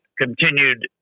continued